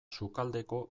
sukaldeko